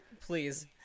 Please